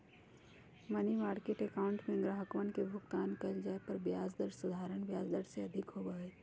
money market account में ग्राहकवन के भुगतान कइल जाये पर ब्याज दर साधारण ब्याज दर से अधिक होबा हई